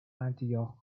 antioch